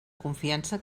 confiança